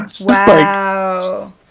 Wow